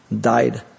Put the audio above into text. died